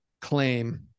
claim